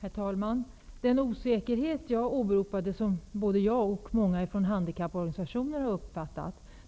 Herr talman! Den osäkerhet som jag åberopade och som både jag och många från handikapporganisationer har upplevt